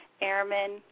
airmen